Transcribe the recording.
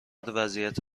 وضعیت